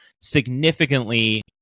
significantly